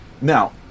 Now